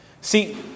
See